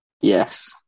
Yes